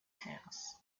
house